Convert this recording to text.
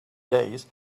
days